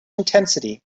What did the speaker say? intensity